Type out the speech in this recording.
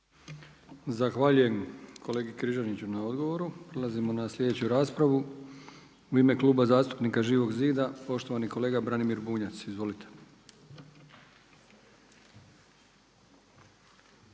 Zahvaljujem kolegi Križaniću na odgovoru. Prelazimo na sljedeću raspravu. U ime Kluba zastupnika Živog zida poštovani kolega Branimir Bunjac. Izvolite.